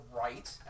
right